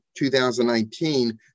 2019